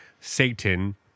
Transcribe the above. Satan